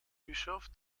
bischof